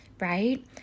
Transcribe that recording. right